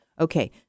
okay